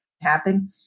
happen